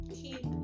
keep